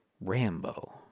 rambo